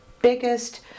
biggest